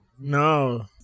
No